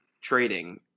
trading